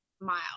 miles